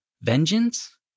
Vengeance